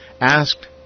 asked